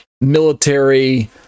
military